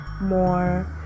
more